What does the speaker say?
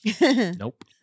Nope